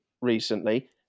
recently